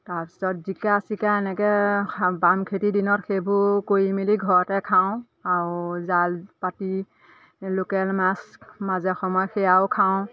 তাৰপিছত জিকা চিকা এনেকৈ বাম খেতি দিনত সেইবোৰ কৰি মেলি ঘৰতে খাওঁ আৰু জাল পাতি লোকেল মাছ মাজে সময়ে সেয়াও খাওঁ